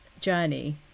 journey